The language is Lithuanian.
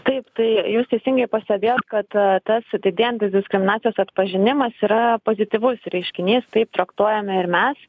taip tai jūs teisingai pastebėjot kad tas didėjantis diskriminacijos atpažinimas yra pozityvus reiškinys taip traktuojame ir mes